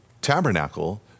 tabernacle